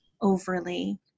overly